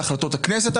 על החלטות הכנסת,